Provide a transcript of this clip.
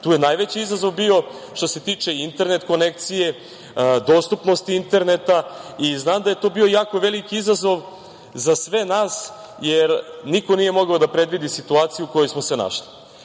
Tu je najveći izazov bio što se tiče internet konekcije, dostupnosti interneta. Znam da je to bio veoma veliki izazov za sve nas jer niko nije mogao da predvidi situaciju u kojoj smo se našli. Zato,